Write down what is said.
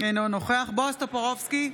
אינו נוכח בועז טופורובסקי,